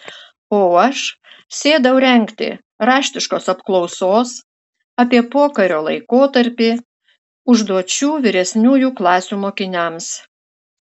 o aš sėdau rengti raštiškos apklausos apie pokario laikotarpį užduočių vyresniųjų klasių mokiniams